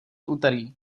úterý